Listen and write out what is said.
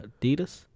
Adidas